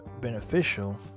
beneficial